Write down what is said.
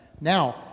Now